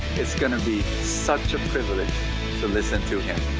it's going to be such a privilege to listen to him.